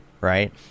right